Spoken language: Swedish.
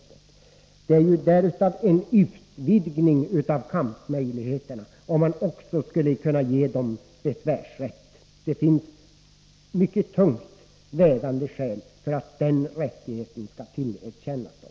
Det skulle innebära en utvidgning av kampmöjligheterna om man också gav dem besvärsrätt. Det finns mycket tungt vägande skäl för att den rättigheten skall tillerkännas dem.